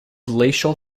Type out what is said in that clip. glacial